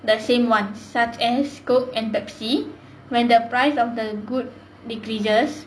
the same one such as Coke and Pepsi when the price of the good decreases